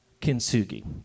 Kintsugi